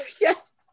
Yes